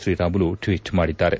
Sriramulu tweet ಮಾಡಿದ್ದಾರೆ